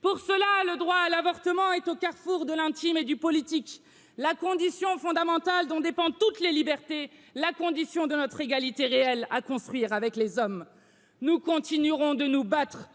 Pour cela le droit à l'avortement est au carrefour de l'intime et du politique la condition fondamentale dont dépend toutes les libertés la la condition de notre égalité réelle à construire avec les hommes nous continuerons de nous battre